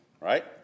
right